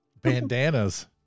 Bandanas